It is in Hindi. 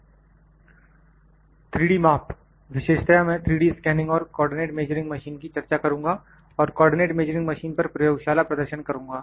3D माप विशेषतया मैं 3D स्कैनिंग और कोऑर्डिनेट मेजरिंग मशीन की चर्चा करुंगा और कोऑर्डिनेट मेजरिंग मशीन पर प्रयोगशाला प्रदर्शन करुंगा